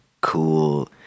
cool